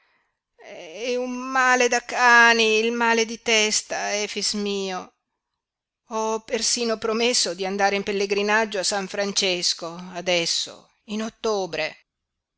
è un male da cani il male di testa efix mio ho persino promesso di andare in pellegrinaggio a san francesco adesso in ottobre